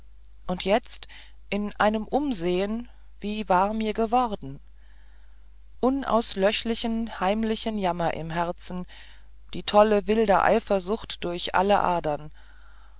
und jetzt in einem umsehn wie war mir geworden unauslöschlichen heimlichen jammer im herzen die tolle wilde eifersucht durch alle adern